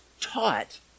taught